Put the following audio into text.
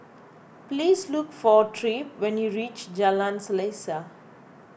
please look for Tripp when you reach Jalan Selaseh